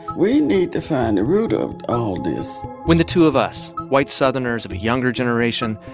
we need to find the root of all this when the two of us, white southerners of a younger generation,